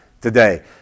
today